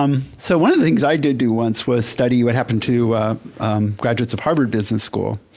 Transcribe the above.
um so, one of the things i did do once was study what happened to graduates of harvard business school.